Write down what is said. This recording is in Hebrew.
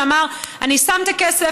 שאמר: אני שם את הכסף.